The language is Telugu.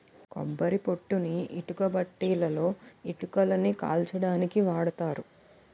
కొబ్బరి పొట్టుని ఇటుకబట్టీలలో ఇటుకలని కాల్చడానికి వాడతారు